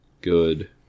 Good